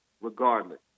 regardless